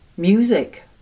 Music